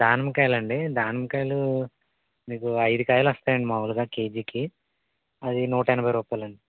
దానిమ్మ కాయలండి దానిమ్మ కాయలు మీకు ఐదు కాయలు వస్తాయండి మాములుగా కేజీకి అది నూట ఎనభై రూపాయలండి